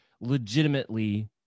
legitimately